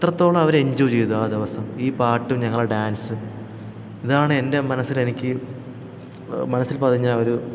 അത്രത്തോളം അവർ എൻജോയ് ചെയ്തു ആ ദിവസം ഈ പാട്ടും ഞങ്ങളുടെ ഡാൻസ് ഇതാണ് എൻ്റെ മനസ്സിൽ എനിക്ക് മനസ്സിൽ പതിഞ്ഞ ഒരു